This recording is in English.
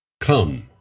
Come